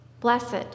blessed